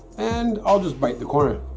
and i'll just bite the corner